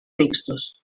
mixtos